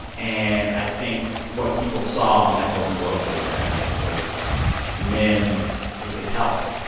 and i think what people saw on that golden globe stage that night was men who could help.